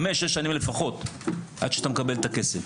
חמש שש שנים לפחות עד שאתה מקבל את הכסף.